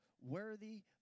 worthy